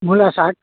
मुला साग